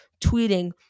tweeting